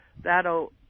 that'll